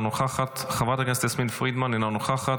אינה נוכחת,